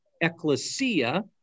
ecclesia